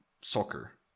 soccer